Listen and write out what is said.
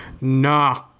Nah